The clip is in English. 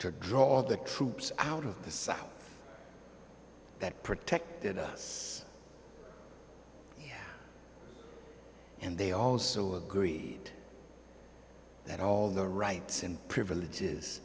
to draw all the troops out of the south that protected us and they also agreed that all the rights and privileges